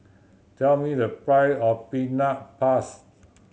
tell me the price of peanut pass